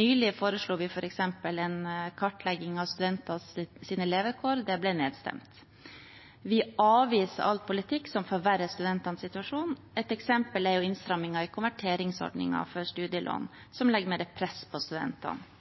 Nylig foreslo vi f.eks. en kartlegging av studentenes levekår – det ble nedstemt. Vi avviser all politikk som forverrer studentenes situasjon. Et eksempel er innstrammingen i konverteringsordningen for studielån, som legger mer press på studentene.